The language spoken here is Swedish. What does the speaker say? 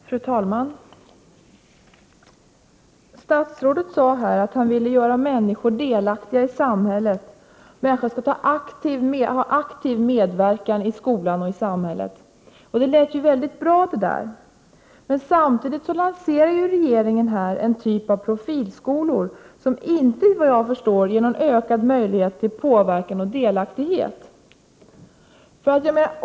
Fru talman! Statsrådet sade här att han ville göra människor delaktiga i samhället, att människorna aktivt skulle medverka i skolan och i samhället. Det lät ju mycket bra. Men samtidigt lanserar regeringen en typ av profilskolor som inte, såvitt jag förstår, ger någon ökad möjlighet till påverkan och delaktighet.